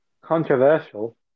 Controversial